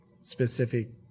specific